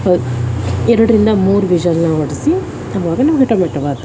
ಎರಡರಿಂದ ಮೂರು ವಿಷಲನ್ನ ಹೊಡೆಸಿ ಆವಾಗ ನಮಗೆ ಟೊಮಾಟೊ ಭಾತು